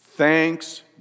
Thanks